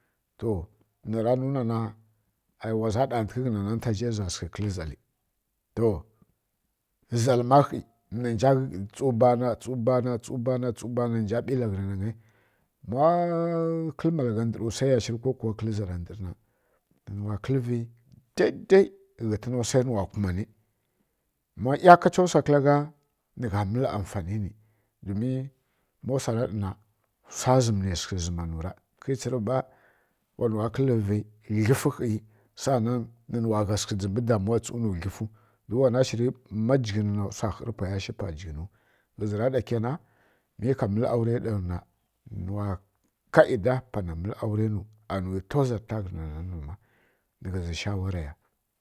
To nara nuna na wa ɗantǝghǝ ghǝna nanta zharǝ zan sǝghǝ kǝl zali to zal ma khi nja tsu bana tsu bana tsu bana khi nja tsu bana tsu bana nja ɓila ghǝna nagai ma kɨl malgha ndǝr wsai ya shiri ko kǝl zala ndǝr na nǝ nuwa kǝlǝvi daidai nǝ wsai nuwa kumani ma ˈyakacha wsa kǝla gha nǝgha mǝl amfani ni domin ma wsa ra ɗa na wsa zǝmi nai sǝghǝ zǝma nu ra kǝ tsirǝvǝ ɓa manuwa kǝllǝvi glifǝ khi saanan nǝ nuwa sǝghǝ jimbǝ tsu nu glǝfu domin wana shiri sa khǝr pwaya shi pa jighinu ghǝzǝ ra ɗa kǝnan mi ka mǝlǝ awrai ɗanu na nǝ nuwa kaˈyida pana mǝl awrai ya nuwa nu anu tozarta ghǝna nananu ma ghǝzǝ shawara ya.